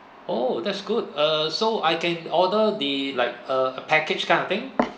oh that's good err so I can order the like a package kind of thing